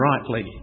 rightly